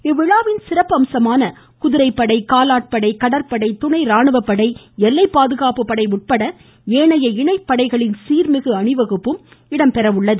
இவ்விழாவின் சிறப்பம்சமான குதிரை படை காலாட் படை கடற்படை துணை ராணுவப்படை எல்லை பாதுகாப்பு படை உட்பட ஏணைய இணை படைகளின் சீர்மிகு அணிவகுப்பும் இடம்பெறுகிறது